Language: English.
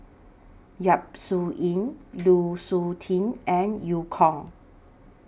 Yap Su Yin Lu Suitin and EU Kong